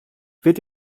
wird